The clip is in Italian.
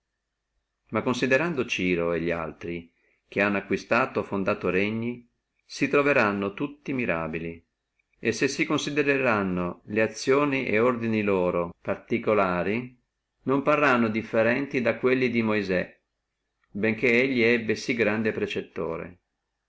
ma consideriamo ciro e li altri che hanno acquistato o fondato regni si troveranno tutti mirabili e se si considerranno le azioni et ordini loro particulari parranno non discrepanti da quelli di moisè che ebbe sí gran precettore